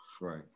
Right